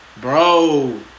Bro